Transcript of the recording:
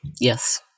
Yes